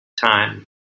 time